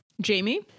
Jamie